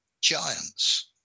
giants